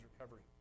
recovery